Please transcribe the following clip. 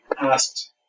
asked